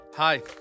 Hi